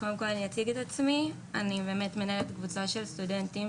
אני מנהלת קבוצה של סטודנטים,